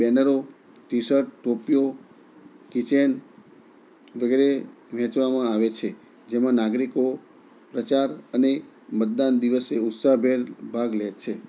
બેનરો T shirt ટોપીઓ key chain વગેરે વેચવામાં આવે છે જેમાં નાગરિકો પ્રચાર અને મતદાન દિવસે ઉત્સાહભેર ભાગ લે છે